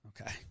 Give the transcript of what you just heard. Okay